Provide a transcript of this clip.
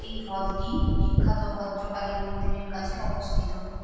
এই হ্রদটি বিখ্যাত ভদ্রকালী মন্দিরের কাছে অবস্থিত